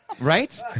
Right